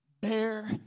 Bear